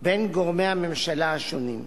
בין גורמי הממשלה השונים.